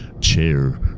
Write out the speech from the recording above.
chair